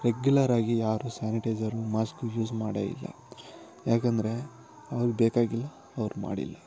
ರೆಗ್ಯುಲ್ಲರಾಗಿ ಯಾರು sanitiser mask use ಮಾಡೇ ಇಲ್ಲ ಯಾಕಂದರೆ ಅವ್ರಿಗೆ ಬೇಕಾಗಿಲ್ಲ ಅವ್ರು ಮಾಡಿಲ್ಲ